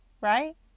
Right